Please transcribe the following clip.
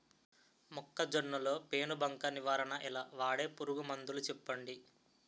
మొక్కజొన్న లో పెను బంక నివారణ ఎలా? వాడే పురుగు మందులు చెప్పండి?